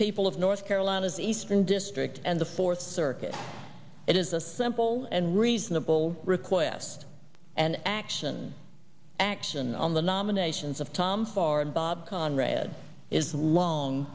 people of north carolina's eastern district and the fourth circuit it is a simple and reasonable request and action action on the nominations of tom far and bob conrad is long